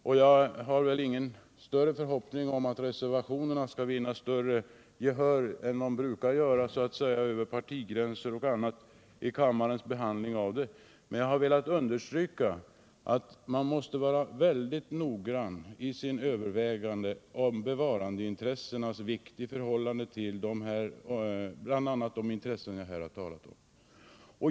Men jag har ingen större förhoppning om att reservationerna skall vinna bättre gehör över partigränserna än reservationer brukar göra vid kammarens behandling. Jag har emellertid velat understryka att man måste vara mycket noggrann i sina överväganden av bevarandeintressenas vikt i förhållande till de intressen jag här har talat om.